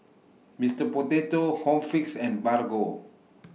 Mister Potato Home Fix and Bargo